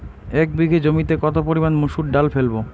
এক বিঘে জমিতে কত পরিমান মুসুর ডাল ফেলবো?